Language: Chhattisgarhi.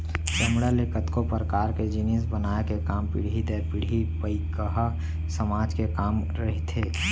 चमड़ा ले कतको परकार के जिनिस बनाए के काम पीढ़ी दर पीढ़ी पईकहा समाज के काम रहिथे